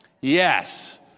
Yes